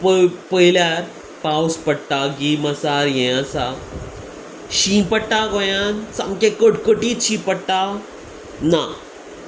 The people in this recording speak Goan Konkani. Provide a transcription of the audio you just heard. प पयल्यार पावस पडटा गीम आसा हें आसा शीं पडटा गोंयान सामकें कटकटीत शीं पडटा ना